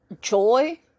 joy